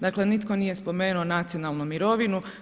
Dakle, nitko nije spomenuo nacionalnu mirovinu.